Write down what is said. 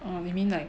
oh you mean like